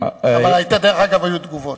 דרך אגב, היו תגובות.